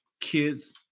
kids